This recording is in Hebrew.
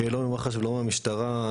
לא ממח"ש ולא מהמשטרה.